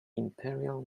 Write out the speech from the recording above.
imperial